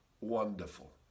wonderful